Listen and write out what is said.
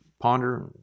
ponder